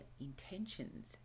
intentions